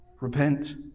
Repent